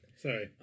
Sorry